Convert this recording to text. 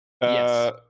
Yes